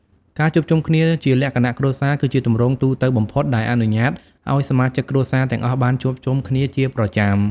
ការជួបជុំគ្នាជាលក្ខណៈគ្រួសារគឺជាទម្រង់ទូទៅបំផុតដែលអនុញ្ញាតឱ្យសមាជិកគ្រួសារទាំងអស់បានជួបជុំគ្នាជាប្រចាំ។